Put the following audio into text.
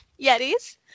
yetis